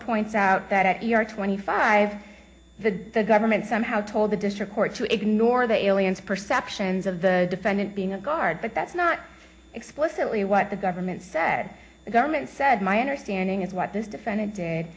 points out that you are twenty five the government somehow told the district court to ignore the aliens perceptions of the defendant being a guard but that's not explicitly what the government said the government said my understanding is what this defend